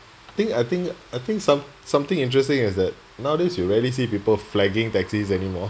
think I think I think some something interesting is that nowadays you rarely see people flagging taxis anymore